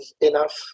enough